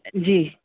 जी